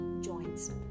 joints